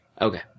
okay